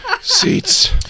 seats